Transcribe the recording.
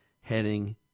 heading